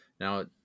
Now